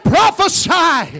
Prophesy